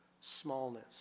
smallness